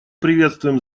приветствуем